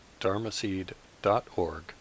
dharmaseed.org